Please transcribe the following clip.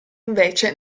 invece